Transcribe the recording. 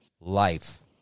life